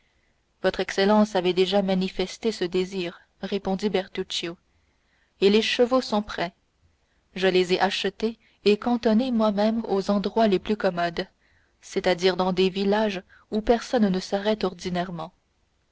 votre excellence avait déjà manifesté ce désir répondit bertuccio et les chevaux sont prêts je les ai achetés et cantonnés moi-même aux endroits les plus commodes c'est-à-dire dans des villages où personne ne s'arrête ordinairement